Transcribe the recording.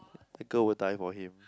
the girl will die for him